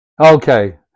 okay